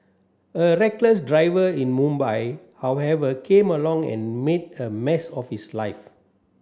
a reckless driver in Mumbai however came along and made a mess of his life